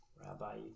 Rabbi